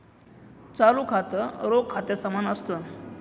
चालू खातं, रोख खात्या समान असत